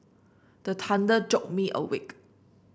the thunder jolt me awake